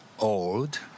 Old